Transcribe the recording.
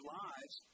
lives